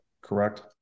correct